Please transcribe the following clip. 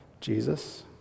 jesus